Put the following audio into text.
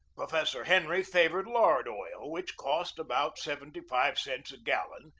professor henry favored lard oil, which cost about seventy-five cents a gallon,